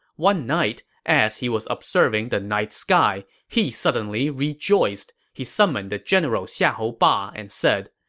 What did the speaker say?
one night, as he was observing the night sky, he suddenly rejoiced. he summoned the general xiahou ba and said,